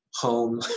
home